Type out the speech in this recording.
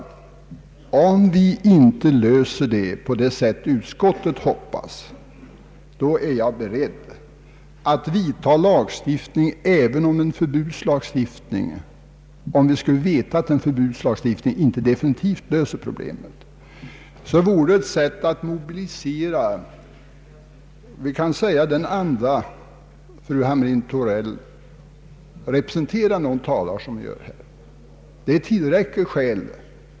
Om vi inte löser problemet på det sätt utskottet hoppas, är jag beredd att medverka till en lagstiftning. Även om vi vet att en förbudslagstiftning inte definitivt löser problemet, så vore den ett sätt att mobilisera den anda fru Hamrin-Thorell representerar när hon talar som hon här gör. Det är ett tillräckligt skäl.